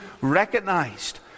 recognized